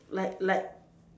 like like